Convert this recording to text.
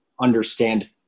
understand